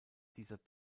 dieser